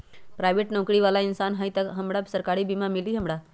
Private नौकरी बाला इंसान हई त हमरा सरकारी बीमा मिली हमरा?